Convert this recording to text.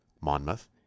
Monmouth